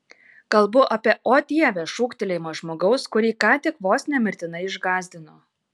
kalbu apie o dieve šūktelėjimą žmogaus kurį ką tik vos ne mirtinai išgąsdino